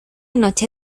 noche